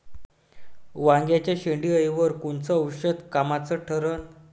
वांग्याच्या शेंडेअळीवर कोनचं औषध कामाचं ठरन?